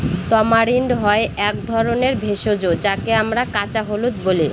tamarind হয় এক ধরনের ভেষজ যাকে আমরা কাঁচা হলুদ বলি